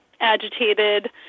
agitated